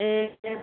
ए